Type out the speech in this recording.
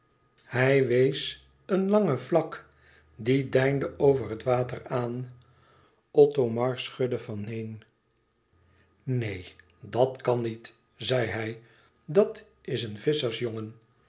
hij wees een lange vlak die deinde over het water aan othomar schudde van neen neen dat kan niet zei hij dat is een